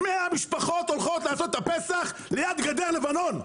100 משפחות הולכות לעשות את הפסח ליד גדר לבנון,